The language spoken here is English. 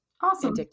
awesome